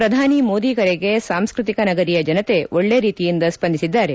ಶ್ರಧಾನಿ ಮೋದಿ ಕರೆಗೆ ಸಾಂಸ್ಕೃತಿಕ ನಗರಿಯ ಜನತೆ ಒಳ್ಳೇ ರೀತಿಯಿಂದ ಸ್ಪಂದಿಸಿದ್ದಾರೆ